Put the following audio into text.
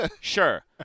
sure